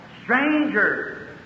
strangers